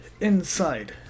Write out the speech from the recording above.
Inside